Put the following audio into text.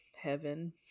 heaven